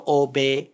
obey